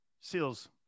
Seals